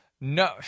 no –